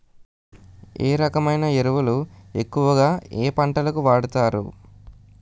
ఏ రకమైన ఎరువులు ఎక్కువుగా ఏ పంటలకు వాడతారు?